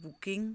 booking